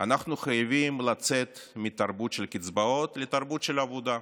אנחנו חייבים לצאת מתרבות של קצבאות לתרבות של עבודה.